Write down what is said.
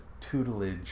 tutelage